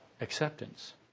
acceptance